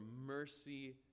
mercy